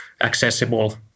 accessible